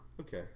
Okay